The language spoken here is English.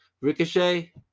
Ricochet